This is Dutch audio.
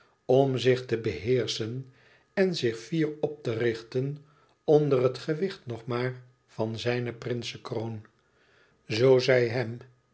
om zich te beheerschen en zich fier op te richten onder het gewicht nog maar van zijne prinsekroon zoo zij hem